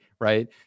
right